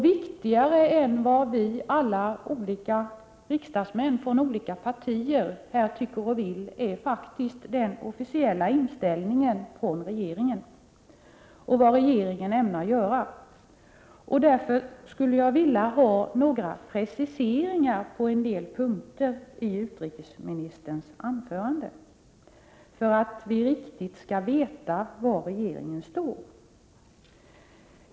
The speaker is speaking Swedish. Viktigare än vad vi alla riksdagsmän från olika partier tycker och vill är faktiskt den officiella inställningen från regeringens sida och vad regeringen ämnar göra. Därför skulle jag, för att vi riktigt skall veta var regeringen står, vilja ha några preciseringar på en del punkter i utrikesministerns anförande.